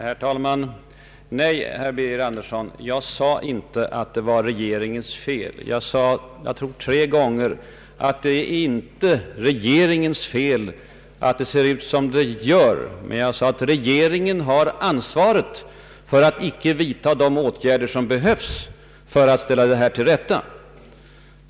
Herr talman! Nej, herr Birger Andersson, jag sade inte att det var regeringens ”fel”. Jag sade ett par gånger att det inte är regeringens fel att det ser ut som det gör. Men jag sade att regeringen har ”ansvaret” för att inte de åtgärder kommer till stånd som behövs för att ställa till rätta.